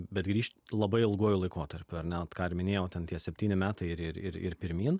bet grįš labai ilguoju laikotarpiu ar vat ne ką ir minėjau ten tie septyni metai ir ir ir ir pirmyn